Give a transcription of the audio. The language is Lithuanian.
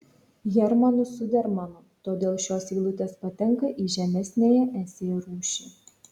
hermanu zudermanu todėl šios eilutės patenka į žemesniąją esė rūšį